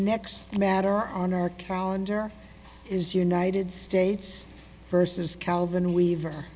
next matter on our calendar is united states versus calvin we've